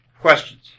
Questions